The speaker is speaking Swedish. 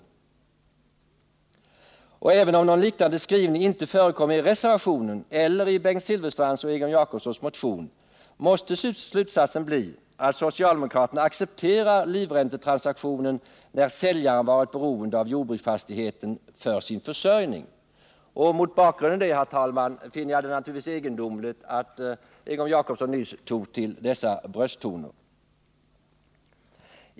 Även om någon liknande skrivning inte förekommer i reservationen eller i Bengt Silfverstrands och Egon Jacobssons motion måste slutsatsen bli att socialdemokraterna accepterar livräntetransaktioner när säljaren har varit beroende av jordbruksfastigheten för sin försörjning. Mot den bakgrunden finner jag det naturligtvis egendomligt att Egon Jacobsson nyss tog till sådana brösttoner.